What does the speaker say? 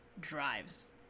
drives